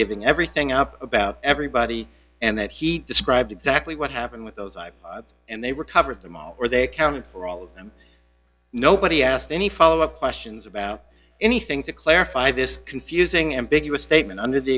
giving everything up about everybody and that he described exactly what happened with those and they recovered the model where they accounted for all of them nobody asked any follow up questions about anything to clarify this confusing ambiguous statement under the